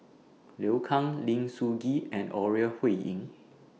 Liu Kang Lim Sun Gee and Ore Huiying